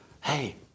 Hey